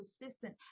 persistent